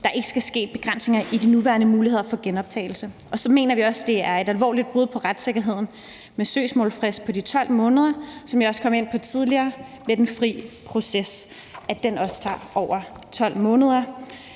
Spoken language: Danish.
der ikke skal ske begrænsninger i de nuværende muligheder for genoptagelse. Så mener vi også, det er et alvorligt brud på retssikkerheden med en søgsmålsfrist på de 12 måneder, som jeg også kom ind på tidligere, og at det i forbindelse med den fri proces tager over 12 måneder,